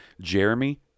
Jeremy